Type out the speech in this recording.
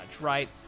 right